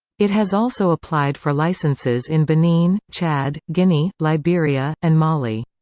it has also applied for licenses in benin, chad, guinea, liberia, and mali.